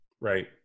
Right